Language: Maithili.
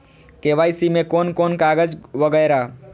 के.वाई.सी में कोन कोन कागज वगैरा?